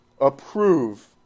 approve